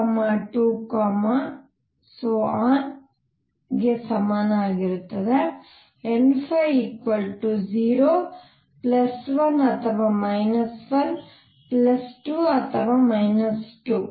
ಕ್ಕೆ ಸಮನಾಗಿರುತ್ತದೆ ಮತ್ತು n 0 1 ಅಥವಾ 1 2 ಅಥವಾ 2